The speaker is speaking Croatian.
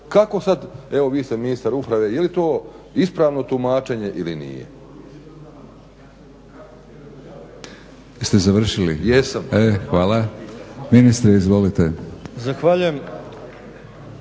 Kako sad, evo vi ste ministar uprave, je li to ispravno tumačenje ili nije?